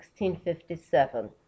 1657